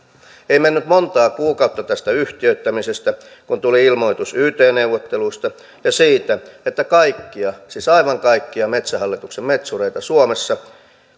ei mennyt monta kuukautta tästä yhtiöittämisestä kun tuli ilmoitus yt neuvotteluista ja siitä että kaikkia siis aivan kaikkia metsähallituksen metsureita suomessa